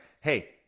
hey